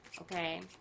okay